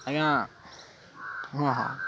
ଆଜ୍ଞା ହଁ ହଁ